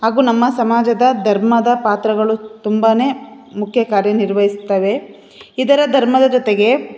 ಹಾಗೂ ನಮ್ಮ ಸಮಾಜದ ಧರ್ಮದ ಪಾತ್ರಗಳು ತುಂಬಾ ಮುಖ್ಯ ಕಾರ್ಯನಿರ್ವಹಿಸುತ್ತವೆ ಇದರ ಧರ್ಮದ ಜೊತೆಗೆ